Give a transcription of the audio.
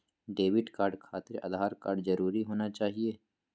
Debit card खातिर Aadhaar card जरूरी होना चाहिए?